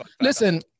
listen